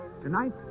Tonight